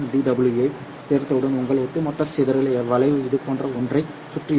யைச் சேர்த்தவுடன் உங்கள் ஒட்டுமொத்த சிதறல் வளைவு இதுபோன்ற ஒன்றைச் சுற்றி இருக்கும்